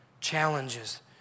challenges